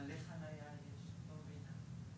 אני אלך שאלה ראשונה, לפי הסדר.